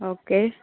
okay